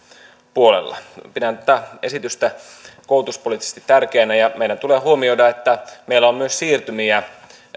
puolella pidän tätä esitystä koulutuspoliittisesti tärkeänä meidän tulee huomioida että meillä on myös siirtymiä